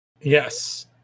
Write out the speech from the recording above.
Yes